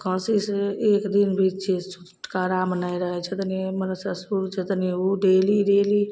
खाँसी से एक दिन भी छुटकारामे नहि रहैत छथिन हमर ससुर छथिन ओ डेलीके डेली